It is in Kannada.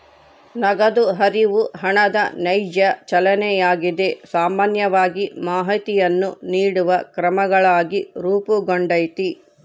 ನಗದು ಹರಿವು ಹಣದ ನೈಜ ಚಲನೆಯಾಗಿದೆ ಸಾಮಾನ್ಯವಾಗಿ ಮಾಹಿತಿಯನ್ನು ನೀಡುವ ಕ್ರಮಗಳಾಗಿ ರೂಪುಗೊಂಡೈತಿ